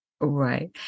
Right